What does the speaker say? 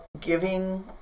giving